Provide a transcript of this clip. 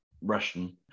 Russian